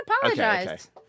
apologize